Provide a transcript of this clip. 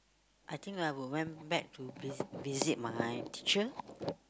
I think I will went back to visit visit my teacher